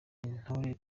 intore